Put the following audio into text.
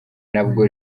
nabwo